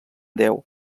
deu